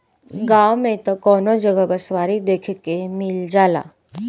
गांव में त कवनो जगह बँसवारी देखे के मिल जाला